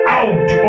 out